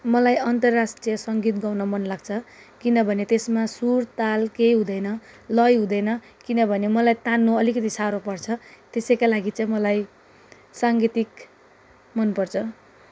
मलाई अन्तर्राष्ट्रिय सङ्गीत गाउन मन लाग्छ किनभने त्यसमा सुर ताल केही हुँदैन लय हुँदैन किनभने मलाई तान्नु अलिकति साह्रो पर्छ त्यसैका लागि चाहिँ मलाई साङ्गीतिक मनपर्छ